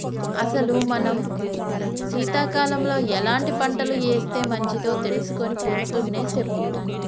అసలు మనం సీతకాలంలో ఎలాంటి పంటలు ఏస్తే మంచిదో తెలుసుకొని పొద్దున్నే సెప్పు